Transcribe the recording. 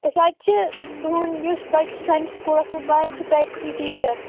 أسۍ حظ چھِ تُہُنٛد یُس بَچہٕ چھُ سٲنِس سکوٗلَس منٛز پَران أسۍ چھِ تَتِکی ٹیٖچر